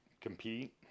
compete